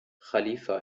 khalifa